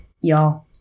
y'all